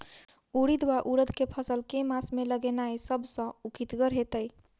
उड़ीद वा उड़द केँ फसल केँ मास मे लगेनाय सब सऽ उकीतगर हेतै?